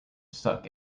suck